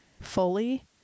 fully